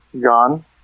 Gone